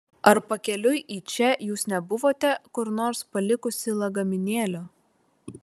ar pakeliui į čia jūs nebuvote kur nors palikusi lagaminėlio